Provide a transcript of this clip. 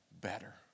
better